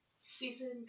season